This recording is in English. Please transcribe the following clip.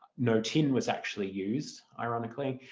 no tin was actually used ironically,